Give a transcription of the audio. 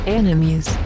enemies